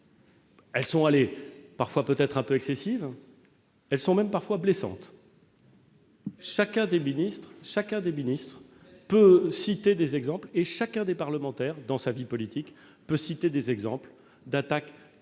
dures, parfois peut-être un peu excessives. Elles sont même parfois blessantes. Chacun des ministres peut citer des exemples et chacun des parlementaires, dans sa vie politique, peut citer des exemples d'attaques